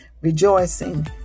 rejoicing